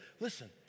Listen